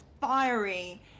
fiery